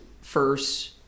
first